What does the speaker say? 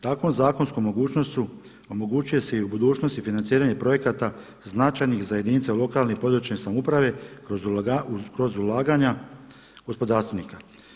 Takvom zakonskom mogućnošću omogućuje se i u budućnosti financiranje projekata značajnih za jedinice lokalne i područne samouprave kroz ulaganja gospodarstvenika.